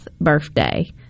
birthday